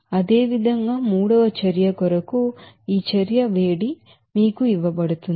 అదేవిధంగా మూడవ చర్య కొరకు ఈ రియాక్షన్ హీట్ మీకు ఇవ్వబడుతుంది